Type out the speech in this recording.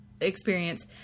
experience